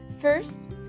First